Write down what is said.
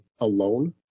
alone